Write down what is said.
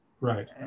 right